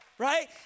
Right